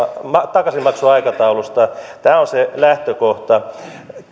takaisinmaksuaikataulusta tämä on se lähtökohta